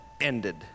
ended